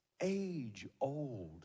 age-old